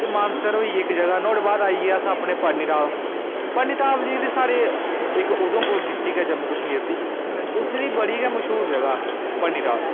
मानसर होई इक जगह् नुहाड़े बाद आई गे अस पत्नीटाप पत्नीटाप जेह्ड़ी साढ़े उधमपूर डिस्टिक ऐ जम्मू कश्मीर दी उत्थूं दी बड़ी मश्हूर जगह् ऐ पत्नीटाप